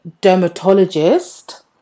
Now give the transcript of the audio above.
dermatologist